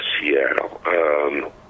Seattle